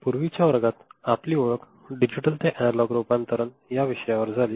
पूर्वीच्या वर्गात आपली ओळख डिजिटल ते एनालॉग रूपांतरण या विषयावर झाली